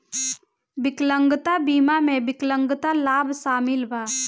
विकलांगता बीमा में विकलांगता लाभ शामिल बा